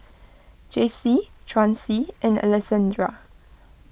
Jaycee Chauncy and Alessandra